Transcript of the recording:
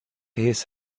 his